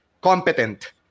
competent